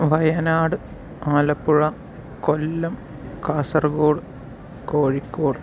Wayanad Alappuzha Kollam Kasaragod Kozhikode